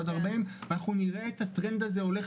עד 40. אנחנו נראה את הטרנד הזה הולך